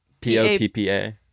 P-O-P-P-A